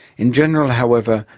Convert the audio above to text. in general, however,